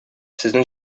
сезнең